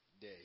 Day